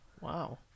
Wow